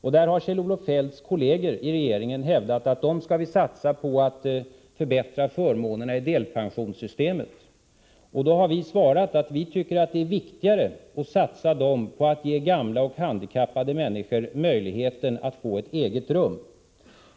Kjell-Olof Feldts kolleger i regeringen hävdar att pengarna skall satsas på att förbättra förmånerna i delpensionssystemet. Vi tycker att det är viktigare att satsa dem på att ge gamla och handikappade människor möjlighet att få ett eget rum.